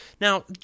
Now